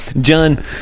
John